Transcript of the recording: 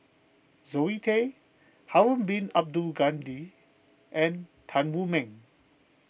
Zoe Tay Harun Bin Abdul Ghani and Tan Wu Meng